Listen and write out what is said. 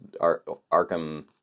Arkham